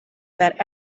that